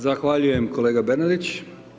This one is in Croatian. Zahvaljujem kolega Bernardić.